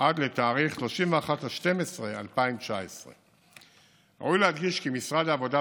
עד לתאריך 31 בדצמבר 2019. ראוי להדגיש כי משרד העבודה,